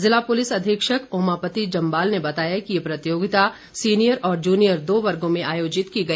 जिला पुलिस अधीक्षक ओमापति जम्वाल ने बताया कि ये प्रतियोगिता सिनियर और जूनियर दो वर्गो में आयोजित की गई